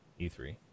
E3